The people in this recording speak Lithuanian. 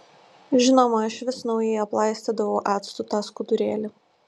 žinoma aš vis naujai aplaistydavau actu tą skudurėlį